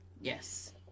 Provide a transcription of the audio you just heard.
yes